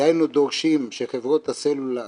דהיינו דורשים שחברות הסלולר